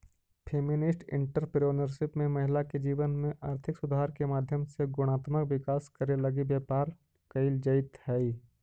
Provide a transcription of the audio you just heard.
feminist entrepreneurship में महिला के जीवन में आर्थिक सुधार के माध्यम से गुणात्मक विकास करे लगी व्यापार कईल जईत हई